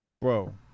bro